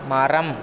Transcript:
மரம்